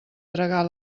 tragar